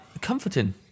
comforting